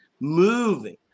moving